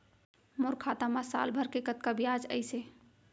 मोर खाता मा साल भर के कतका बियाज अइसे?